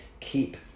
keep